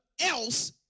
else